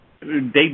David